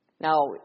Now